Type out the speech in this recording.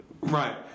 Right